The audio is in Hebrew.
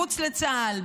מחוץ לצה"ל,